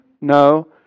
No